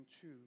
two